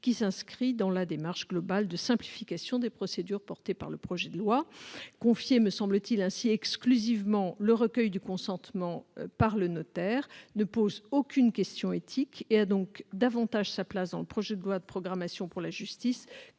qui s'inscrit dans la démarche globale de simplification des procédures qui anime ce projet de loi. Confier ainsi exclusivement le recueil du consentement au seul notaire ne pose aucune question éthique et a donc davantage sa place dans le projet de loi de programmation pour la justice